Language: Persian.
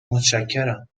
متشکرم